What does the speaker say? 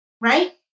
right